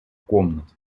комнат